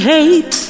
Hate